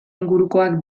ingurukoak